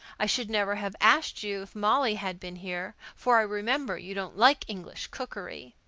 i should never have asked you if molly had been here, for i remember you don't like english cookery.